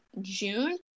June